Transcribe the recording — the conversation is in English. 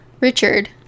Richard